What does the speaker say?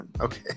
Okay